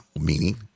meaning